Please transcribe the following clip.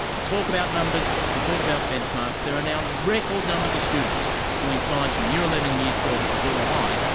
we talk about numbers, we talk about benchmarks, there are now record numbers of students doing science in year eleven and year twelve at casula high,